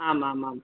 आम् आमाम्